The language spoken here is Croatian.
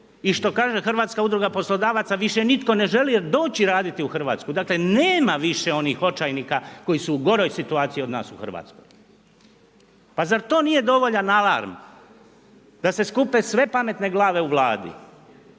i što kaže Hrvatska udruga poslodavaca više nitko ne želi doći raditi u Hrvatsku, dakle nema više onih očajnika koji su u goroj situaciji od nas u Hrvatskoj. pa zar to nije dovoljan alarm da se skupe sve pametne glave u vladi